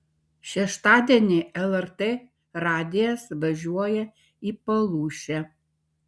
šeštadienį lrt radijas važiuoja į palūšę